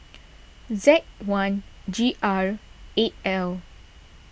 Z one G R eight L